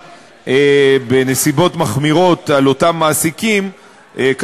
בנסיבות מחמירות הענישה של אותם מעסיקים תוחמר,